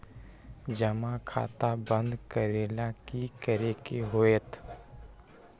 जमा खाता बंद करे ला की करे के होएत?